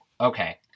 Okay